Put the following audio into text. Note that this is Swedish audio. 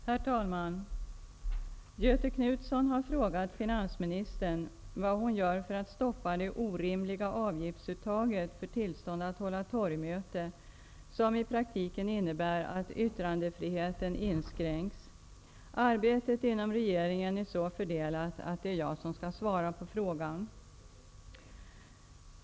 Herr talman! Göthe Knutson har frågat finansministern vad hon gör för att stoppa det orimliga avgiftsuttaget för tillstånd att hålla torgmöte, ett avgiftsuttag som i praktiken innebär att yttrandefriheten inskränks. Arbetet inom regeringen är så fördelat att det är jag som skall svara på frågan.